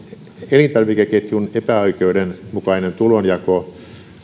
elintarvikeketjun epäoikeudenmukainen tulonjako